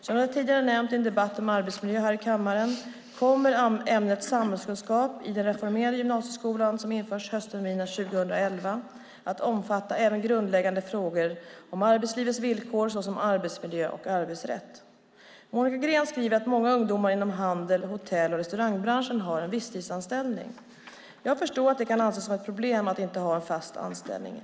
Som jag tidigare har nämnt i en debatt om arbetsmiljö här i kammaren kommer ämnet samhällskunskap i den reformerade gymnasieskola som införs höstterminen 2011 att omfatta även grundläggande frågor om arbetslivets villkor, såsom arbetsmiljö och arbetsrätt. Monica Green skriver att många ungdomar inom handel och hotell och restaurangbranschen har en visstidsanställning. Jag förstår att det kan anses som ett problem att inte ha en fast anställning.